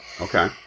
Okay